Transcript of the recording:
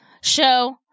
show